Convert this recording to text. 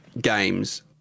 games